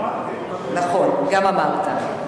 אני אמרתי.